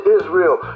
Israel